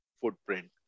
footprint